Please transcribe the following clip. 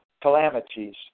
calamities